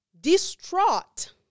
distraught